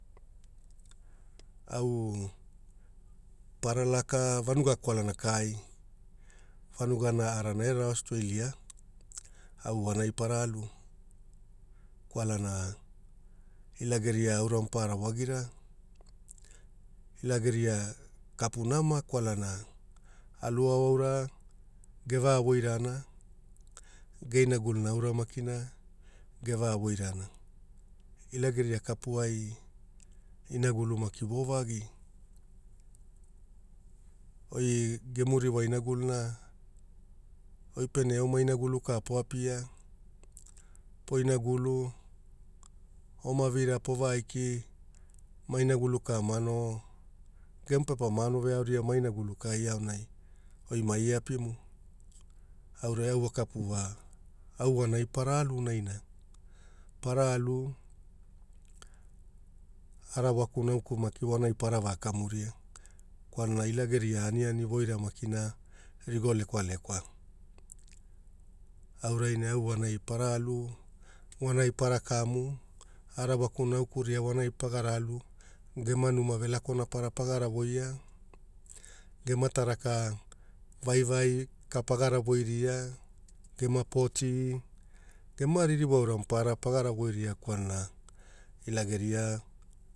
Au Para laka vanuga kwalana kai. Vanugana arana era. Australia, ai vonai para alu kwalana ila geria auramapara wagira, ila geria kapu nama kwalana aluao aura gevega woirana, ge inagukuna aura makina geva voirana, Ila geria kapuai inagulu maki vovagi. Goi gemu ririwa inaguluna, oi pene eoma inagulu ka poapia poinagulu oma vira pova aiki ma inaguluka mano gemu pepa mano aoria mainagulu ka aonai oi maia apimu, auraiwa vokapu wa au vonai para alu naina, para alu Arawaku Nauku maki vona para vaa kamuria kwalana ila geria aniani maki vonai rigo lekwa lekwa aurai ne au wanai para alu vonai para kamu arawaku nauku na vonai paara alu gemu numa velakona pagara voia gema taraka vaiva kika pagara voiria, gema poti, gema ririwa aura pagara voiria kwalana ila geria.